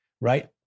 right